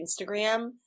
Instagram